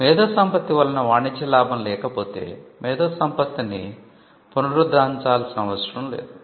మేధోసంపత్తి వలన వాణిజ్య లాభం లేక పోతే మేధోసంపత్తిని పునరుద్ధరించాల్సిన అవసరం లేదు